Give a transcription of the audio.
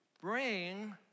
Bring